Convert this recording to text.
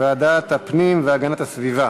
לוועדת הפנים והגנת הסביבה